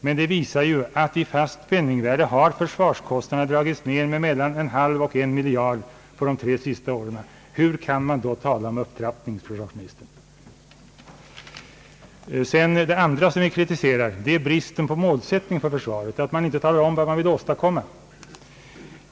Siffrorna visar dock att i fast penningvärde har försvarskostnaderna minskats med mellan en halv och en miljard kronor på de tre senaste åren. Hur kan man då tala om en upptrappning, herr statsminister? Den andra sak som vi kritiserar är bristen på målsättning för försvaret. Man talar inte om vad man vill åstadkomma.